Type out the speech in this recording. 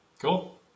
cool